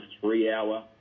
three-hour